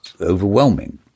overwhelming